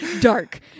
Dark